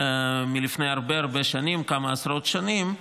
מלפני הרבה שנים, כמה עשרות שנים,